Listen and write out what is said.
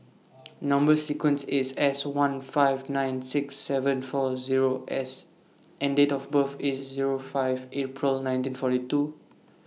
Number sequence IS S one five nine six seven four Zero S and Date of birth IS Zero five April nineteen forty two